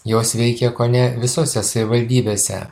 jos veikia kone visose savivaldybėse